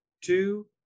two